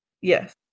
Yes